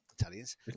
Italians